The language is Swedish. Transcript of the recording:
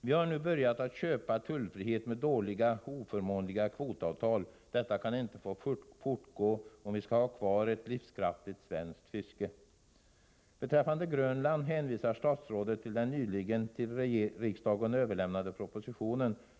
Vi har nu börjat köpa tullfrihet med dåliga, oförmånliga kvotavtal. Detta kan inte få fortgå, om vi skall ha kvar ett livskraftigt svenskt fiske. Beträffande Grönland hänvisar statsrådet till den nyligen till riksdagen överlämnade propositionen.